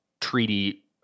treaty